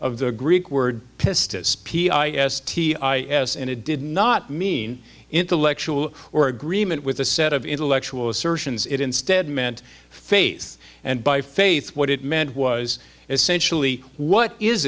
of the greek word pistis p i s t i s and it did not mean intellectual or agreement with a set of intellectual assertions it instead meant face and by faith what it meant was essentially what is